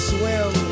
Swim